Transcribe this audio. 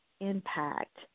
Impact